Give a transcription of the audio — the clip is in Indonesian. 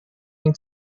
yang